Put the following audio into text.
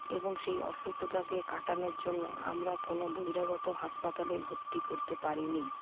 এবং সেই অসুস্থতাকে কাটানোর জন্য আমরা কোনও বহিরাগত হাসপাতালে ভর্তি করতে পারিনি